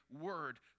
word